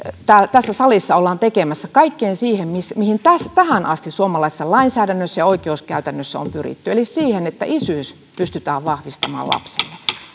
tässä salissa ollaan tekemässä kaikkeen siihen mihin tähän asti suomalaisessa lainsäädännössä ja oikeuskäytännössä on pyritty eli siihen että isyys pystytään vahvistamaan lapselle